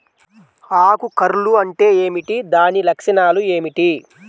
ఆకు కర్ల్ అంటే ఏమిటి? దాని లక్షణాలు ఏమిటి?